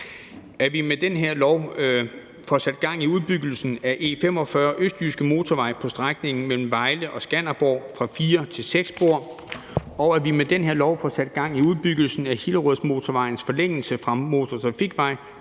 at vi med den her lov får sat gang i udbyggelsen af E45 Østjyske Motorvej på strækningen mellem Vejle og Skanderborg fra 4 til 6 spor, og at vi med den her lov får sat gang i udbyggelsen af Hillerødmotorvejens forlængelse fra motortrafikvej